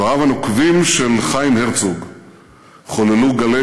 דבריו הנוקבים של חיים הרצוג חוללו גלי